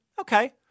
okay